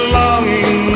longing